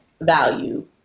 value